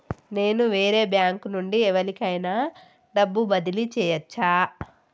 నేను వేరే బ్యాంకు నుండి ఎవలికైనా డబ్బు బదిలీ చేయచ్చా?